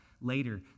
later